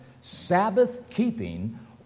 Sabbath-keeping